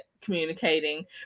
communicating